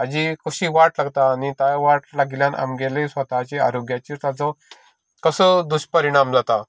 हाजी कशी वाट लागता आनी कांय वाट लागिल्ल्यान आमची स्वताची आरोग्याची ताचो कसो दुश्परिणाम जाता